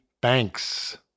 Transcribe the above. banks